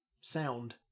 sound